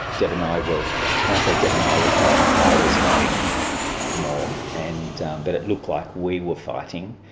deb and i were, when i say deb and i were fighting, i was fighting more, and but it looked like we were fighting.